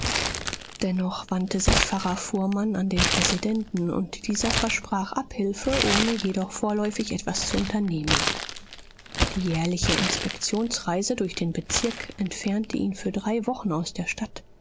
dennoch wandte sich pfarrer fuhrmann an den präsidenten und dieser versprach abhilfe ohne jedoch vorläufig etwas zu unternehmen die jährliche inspektionsreise durch den bezirk entfernte ihn für drei wochen aus der stadt